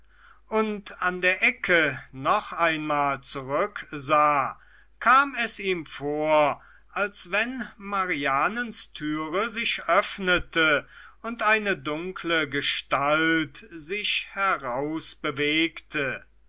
und an der ecke noch einmal zurücksah kam es ihm vor als wenn marianens türe sich öffnete und eine dunkle gestalt sich herausbewegte